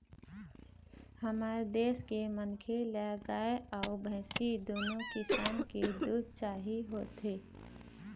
हमर देश के मनखे ल गाय अउ भइसी दुनो किसम के दूद चाही होथे